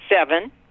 Seven